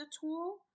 tool